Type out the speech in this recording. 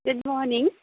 good morning